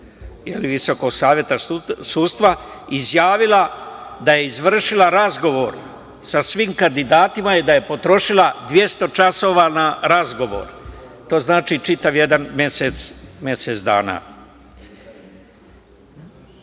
i došla na čelo VSS, izjavila da je izvršila razgovor sa svim kandidatima i da je potrošila 200 časova na razgovor. To znači čitav jedan mesec dana. Vrlo